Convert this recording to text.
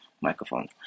Microphone